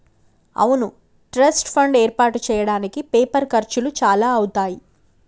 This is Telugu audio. అవును ట్రస్ట్ ఫండ్ ఏర్పాటు చేయడానికి పేపర్ ఖర్చులు చాలా అవుతాయి